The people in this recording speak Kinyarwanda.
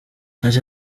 hari